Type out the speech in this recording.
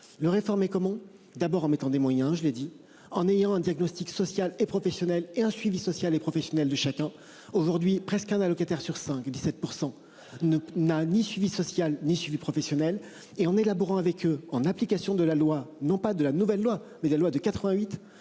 le réformer, comment d'abord en mettant des moyens, je l'ai dit en ayant un diagnostic social et professionnel et un suivi social et professionnel du château aujourd'hui presque un allocataire sur 5 17 pour % ne n'a ni suivi social ni suivi professionnel et en élaborant avec eux en application de la loi, non pas de la nouvelle loi mais lois de 88,